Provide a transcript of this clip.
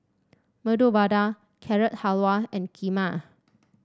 Medu Vada Carrot Halwa and Kheema